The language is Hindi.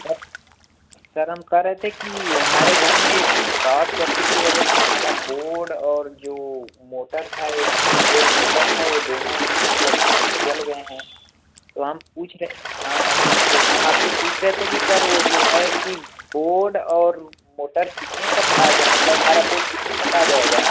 सर सर हम कह रहे थे कि हमारे घर में सोट सरकिट की वजह से हमारा बोर्ड और जो मोटर था एक ट्यूबवेल मोटर था वो दोनों मतलब जल गए हैं तो हम पूछ रहे थे हाँ तो हम आपसे पूछ रहे थे कि सर वो जो है कि बोर्ड और मोटर कितने तक आ जाए मतलब हमारा बोर्ड कितने तक आ जाएगा